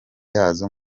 yazo